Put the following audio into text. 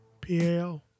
PAL